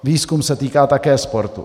Výzkum se týká také sportu.